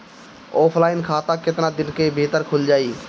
Offline खाता केतना दिन के भीतर खुल जाई?